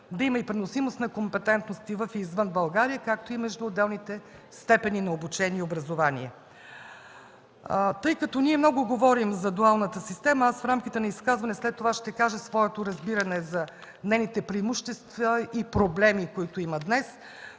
да има и преносимост на компетентности във и извън България, както и между отделните степени на обучение и образование. Тъй като много говорим за дуалната система, в рамките на изказване след това ще кажа своето разбиране за нейните преимущества и проблеми, които има днес.